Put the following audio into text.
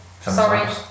Sorry